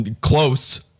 close